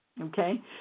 Okay